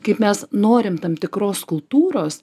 kaip mes norim tam tikros kultūros